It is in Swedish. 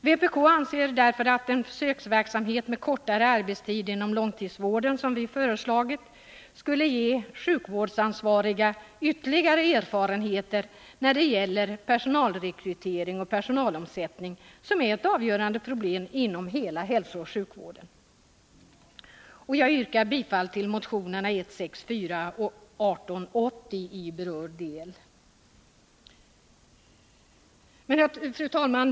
Vpk anser att en försöksverksamhet med kortare arbetstid inom långtidsvården skulle ge sjukvårdsansvariga ytterligare erfarenheter när det gäller personalrekrytering och personalomsättning, som är ett avgörande problem inom hela hälsooch sjukvården. Jag yrkar bifall till motionerna 164 och 1880 i berörd del.